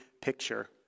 picture